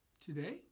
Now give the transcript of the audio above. today